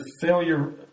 failure